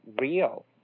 real